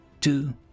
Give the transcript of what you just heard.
two